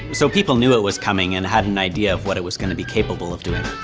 so people knew it was coming and had an idea of what it was gonna be capable of doing. the